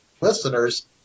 listeners